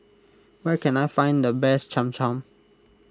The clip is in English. where can I find the best Cham Cham